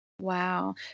Wow